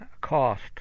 cost